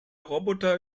roboter